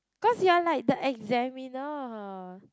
cause you are like the examiner